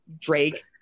Drake